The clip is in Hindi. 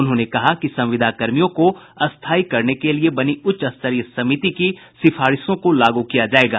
उन्होंने कहा कि संविदा कर्मियों को स्थायी करने के लिये बनी उच्च स्तरीय समिति की सिफारिशों को लागू किया जायेगा